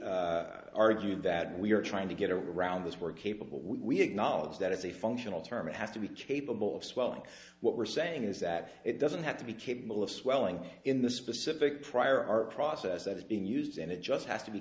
they argue that we are trying to get around this we're capable we acknowledge that it's a functional term it has to be capable of swelling what we're saying is that it doesn't have to be capable of swelling in the specific prior art process that has been used and it just has to be